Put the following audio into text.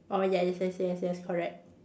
oh yes yes yes yes correct